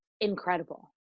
incredible